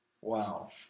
Wow